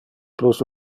plus